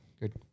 Good